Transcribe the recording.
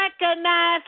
recognize